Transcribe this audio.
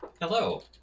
Hello